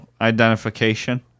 identification